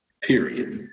period